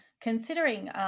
considering